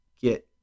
get